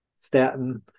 statin